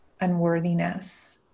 unworthiness